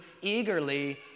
eagerly